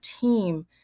team